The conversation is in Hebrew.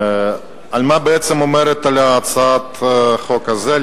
מה בעצם אומרת הצעת החוק הזאת?